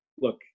look